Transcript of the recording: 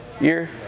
year